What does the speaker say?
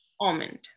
almond